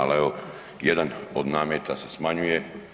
Ali evo jedan od nameta se smanjuje.